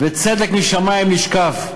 "וצדק משמים נשקף".